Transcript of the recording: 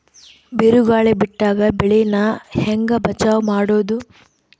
ಬಿರುಗಾಳಿ ಬಿಟ್ಟಾಗ ಬೆಳಿ ನಾ ಹೆಂಗ ಬಚಾವ್ ಮಾಡೊದು?